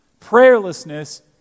Prayerlessness